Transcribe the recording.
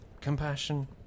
Compassion